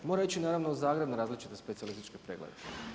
Mora ići naravno u Zagreb na različite specijalističke preglede.